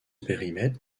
périmètre